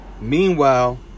Meanwhile